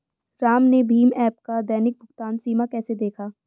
राम ने भीम ऐप का दैनिक भुगतान सीमा कैसे देखा?